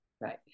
Right